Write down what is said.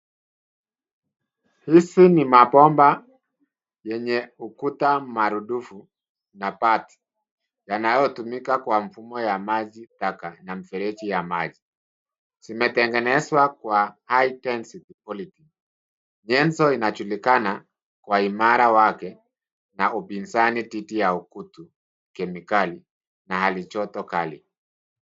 Hizi ni mapomba enye ukuta mara ndufu na pati yanayotumika kwa mfumo wa maji taka na mfereji ya maji. Zimetengenezwa kwa high density polythene nyenzo inajulikana kwa imara wake na upinzani dhidi ya kutu, kemikali na halijoto kali.